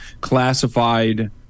classified